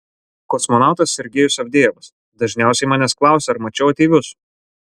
kosmonautas sergejus avdejevas dažniausiai manęs klausia ar mačiau ateivius